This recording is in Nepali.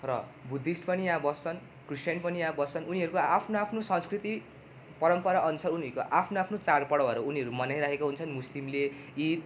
र बुद्धिस्ट पनि यहाँ बस्छन् क्रिस्टियन पनि यहाँ बस्छन् उनीहरूको आफ्नो आफ्नो संस्कृति परम्पराअनुसार उनीहरूको आफ्नो आफ्नो चाड पर्वहरू उनीहरू मनाइरहेको हुन्छन् मुस्लिमले ईद